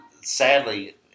Sadly